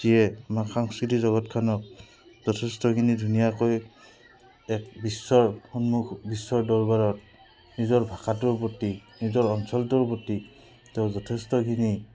যিয়ে আমাৰ সাংস্কৃতিক জগতখনক যথেষ্টখিনি ধুনীয়াকৈ এক বিশ্বৰ সন্মুখ বিশ্বৰ দৰবাৰত নিজৰ ভাষাটোৰ প্ৰতি নিজৰ অঞ্চলটোৰ প্ৰতি তেওঁ যথেষ্টখিনি